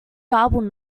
garbled